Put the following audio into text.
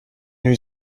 new